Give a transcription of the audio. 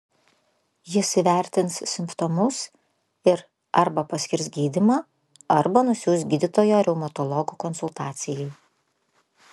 jis įvertins simptomus ir arba paskirs gydymą arba nusiųs gydytojo reumatologo konsultacijai